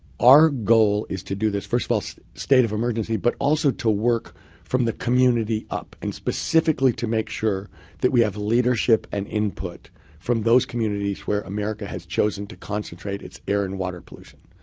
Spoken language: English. our goal is to do this, first of all, state of emergency, but also to work from the community up. and specifically to make sure that we have leadership and input from those communities where america has chosen to concentrate its air and water pollution,